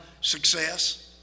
success